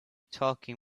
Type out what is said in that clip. talking